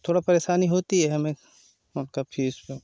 थोड़ा परेशानी होती हैहमें उनका फीस जो